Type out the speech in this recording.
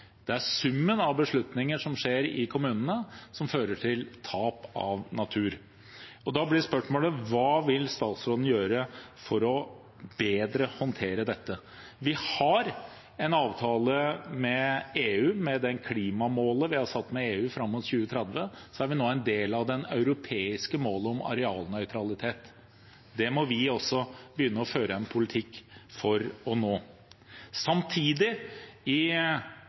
Det er summen av beslutninger som skjer i kommunene, som fører til tap av natur. Da blir spørsmålet: Hva vil statsråden gjøre for bedre å håndtere dette? Vi har en avtale med EU. Med det klimamålet vi har satt med EU fram mot 2030, er vi nå en del av det europeiske målet om arealnøytralitet. Det må vi også begynne å føre en politikk for å nå. Samtidig: I